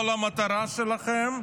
כל המטרה שלכם,